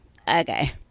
okay